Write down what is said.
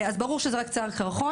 אז ברור שזה קצה הקרחון.